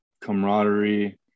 camaraderie